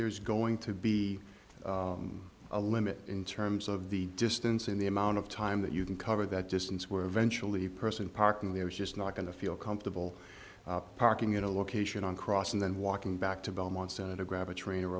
there's going to be a limit in terms of the distance in the amount of time that you can cover that distance where eventually person park in the i was just not going to feel comfortable parking in a location on cross and then walking back to belmont center grab a train or